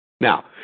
Now